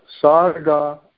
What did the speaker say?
sarga